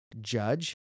judge